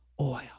oil